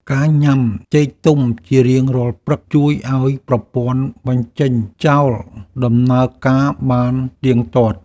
ការញ៉ាំចេកទុំជារៀងរាល់ព្រឹក ជួយឱ្យប្រព័ន្ធបញ្ចេញចោលដំណើរការបានទៀងទាត់។